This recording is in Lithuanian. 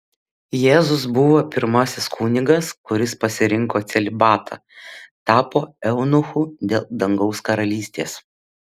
jėzus buvo pirmasis kunigas kuris pasirinko celibatą tapo eunuchu dėl dangaus karalystės